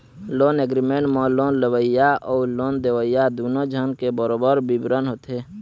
loan agreement म loan लेवइया अउ लोन देवइया दूनो झन के बरोबर बिबरन होथे